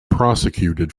prosecuted